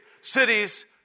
cities